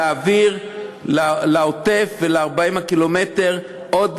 להעביר לעוטף ול-40 הקילומטר עוד,